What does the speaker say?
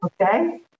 Okay